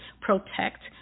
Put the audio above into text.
protect